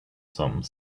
some